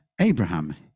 Abraham